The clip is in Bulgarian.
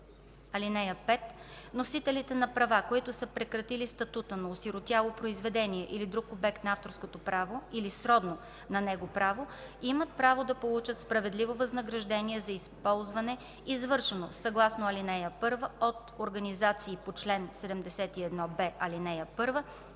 (5) Носители на права, които са прекратили статута на осиротяло произведение или друг обект на авторско или сродно на него право, имат право да получат справедливо възнаграждение за използване, извършено съгласно ал. 1 от организации по чл. 71б, ал. 1,